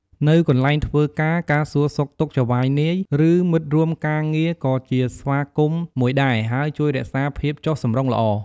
អ្នកទស្សនា ឬអ្នកទេសចរត្រូវបានកោតសរសើរនៅពេលដែលពួកគេព្យាយាមប្រើកាយវិការឬពាក្យស្វាគមន៍នៅក្នុងស្រុកឬតំបន់បាន ត្រឹមត្រូវ។